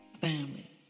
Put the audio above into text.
family